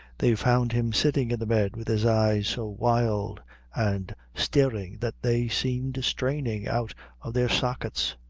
they found him sitting in the bed, with his eyes so wild and staring that they seemed straining out of their sockets.